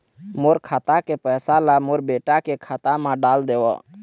मोर खाता के पैसा ला मोर बेटा के खाता मा डाल देव?